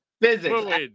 Physics